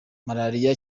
marariya